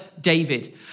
David